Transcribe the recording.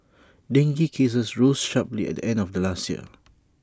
dengue cases rose sharply at the end of last year